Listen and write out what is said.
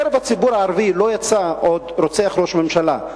מקרב הציבור הערבי עוד לא יצא רוצח ראש ממשלה,